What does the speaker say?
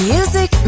Music